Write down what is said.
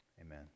Amen